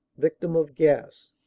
victim of gas.